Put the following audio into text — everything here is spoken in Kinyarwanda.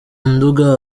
nduga